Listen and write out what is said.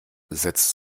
setzt